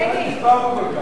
בוא נתחלף.